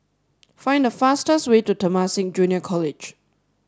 find the fastest way to Temasek Junior College